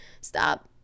stop